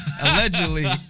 allegedly